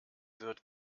wird